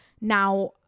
now